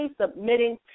submitting